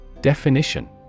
Definition